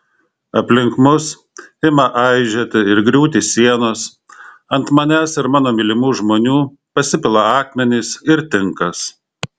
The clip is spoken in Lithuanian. aplink mus ima aižėti ir griūti sienos ant manęs ir mano mylimų žmonių pasipila akmenys ir tinkas